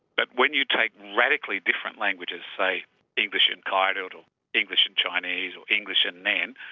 but when you take radically different languages, say english and kayardild or english and chinese or english and nen,